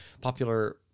popular